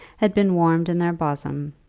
had been warmed in their bosom,